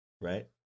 right